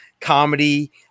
comedy